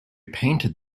painted